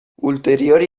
ulteriori